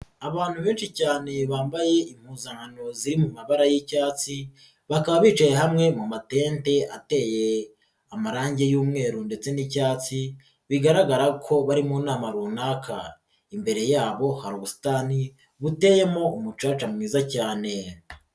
Abantu benshi cyane bambaye impuzankano ziri mu mabara y'icyatsi, bakaba bicaye hamwe mu matente ateye amarange y'umweru ndetse n'icyatsi bigaragara ko bari mu nama runaka, imbere yabo hari ubusitani buteyemo umucaca mwiza cyane.